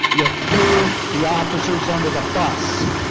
you threw the officers under the bus.